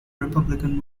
republican